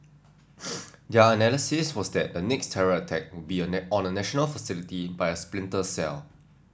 their analysis was that the next terror attack would be on a national facility by a splinter cell